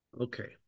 Okay